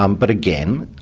um but again,